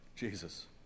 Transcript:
Jesus